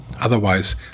Otherwise